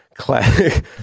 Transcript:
Classic